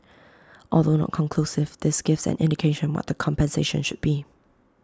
although not conclusive this gives an indication what the compensation should be